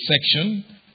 section